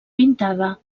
pintada